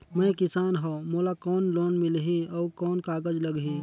मैं किसान हव मोला कौन लोन मिलही? अउ कौन कागज लगही?